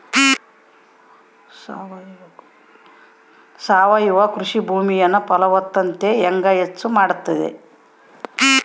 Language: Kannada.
ಸಾವಯವ ಕೃಷಿ ಭೂಮಿಯ ಫಲವತ್ತತೆ ಹೆಂಗೆ ಹೆಚ್ಚು ಮಾಡುತ್ತದೆ?